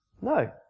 No